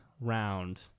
round